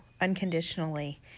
unconditionally